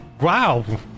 wow